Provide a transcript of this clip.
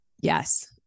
Yes